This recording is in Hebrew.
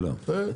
שלום.